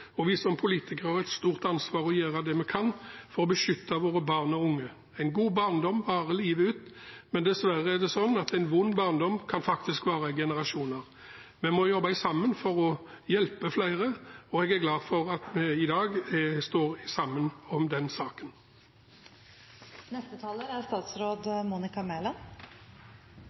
og vi som politikere har et stort ansvar for å gjøre det vi kan for å beskytte våre barn og unge. En god barndom varer livet ut, men dessverre er det sånn at en vond barndom faktisk kan vare i generasjoner. Vi må jobbe sammen for å hjelpe flere, og jeg er glad for at vi i dag står sammen om den saken. Jeg er